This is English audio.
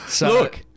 look